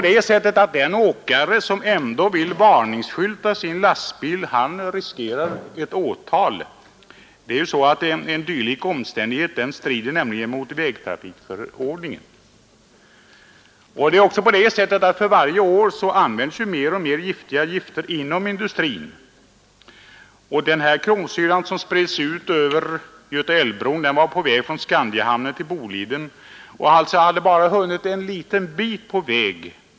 Den åkare som ändå vill varningsskylta sin lastbil riskerar åtal. Dylik omtänksamhet strider nämligen mot vägtrafikförordningen. För varje år används mer och mer giftiga ämnen inom industrin. Den kromsyra som spreds ut vid Götaälvbron var på väg från Skandiahamnen till Boliden och hade alltså bara hunnit en liten bit på väg.